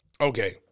Okay